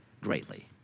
greatly